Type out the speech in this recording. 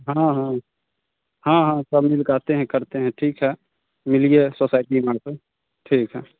हाँ हाँ हाँ हाँ सब मिल कहते हैं करते हैं ठीक है मिलिए सोसाइटी में आकर ठीक है